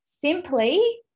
Simply